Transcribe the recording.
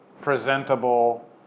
presentable